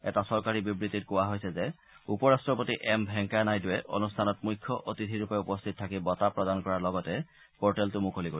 এটা চৰকাৰী বিবৃতিত কোৱা হৈছে যে উপ ৰাট্টপতি এম ভেংকায়া নাইডুৱে অনুষ্ঠানত মুখ্য অতিথিৰূপে উপস্থিত থাকি বঁটা প্ৰদান কৰাৰ লগতে পৰ্টেলটো মুকলি কৰিব